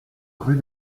rue